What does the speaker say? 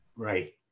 Right